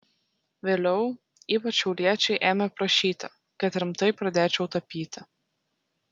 vėliau ypač šiauliečiai ėmė prašyti kad rimtai pradėčiau tapyti